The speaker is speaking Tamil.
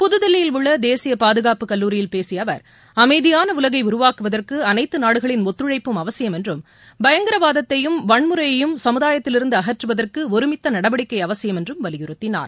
புதுதில்லியில் உள்ள தேசிய பாதுகாப்பு கல்லூரியில் பேசிய அவர் அமைதியான உலகை உருவாக்குவதற்கு அனைத்து நாடுகளின் ஒத்துழைப்பும் அவசியம் என்றும் பயங்கரவாதத்தையும் வன்முறையையும் சமுதாயத்திலிருந்து அகற்றுவதற்கு ஒருமித்த நடவடிக்கை அவசியம் என்றும் வலியுறுத்தினார்